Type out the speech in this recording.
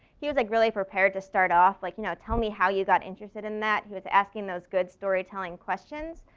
he was like really prepared to start off, like you know tell me how you got interested in that. he was asking those good story telling questions.